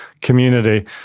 community